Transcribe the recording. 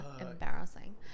Embarrassing